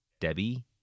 Debbie